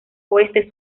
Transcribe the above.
oeste